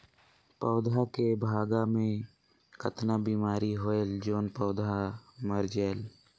पौधा के गाभा मै कतना बिमारी होयल जोन पौधा मर जायेल?